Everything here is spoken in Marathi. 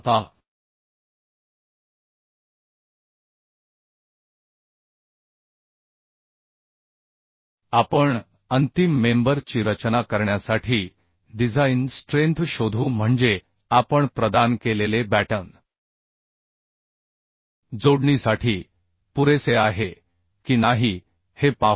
आता आपण अंतिम मेंबर ची रचना करण्यासाठी डिझाइन स्ट्रेंथ शोधू म्हणजे आपण प्रदान केलेले बॅटन जोडणीसाठी पुरेसे आहे की नाही हे पाहू